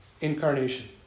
incarnation